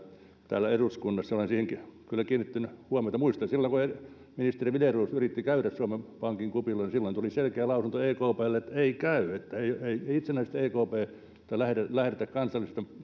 täällä eduskunnassa olen siihen kyllä kiinnittänyt huomiota muistan silloin kun ministeri wideroos yritti käydä suomen pankin kupilla silloin tuli selkeä lausunto ekpltä että ei käy että eivät itsenäiseltä ekplta lähde